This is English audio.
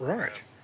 Right